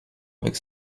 avec